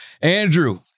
Andrew